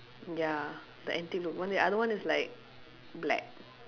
ya the antique look one the other one is like black